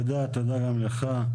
תודה, תודה גם לך.